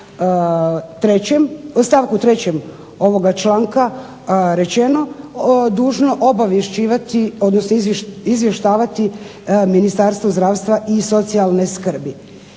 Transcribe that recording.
obavješćivati, odnosno izvještavati Ministarstvo zdravstva i socijalne skrbi.